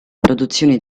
produzioni